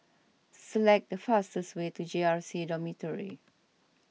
select the fastest way to J R C Dormitory